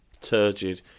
turgid